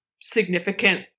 significant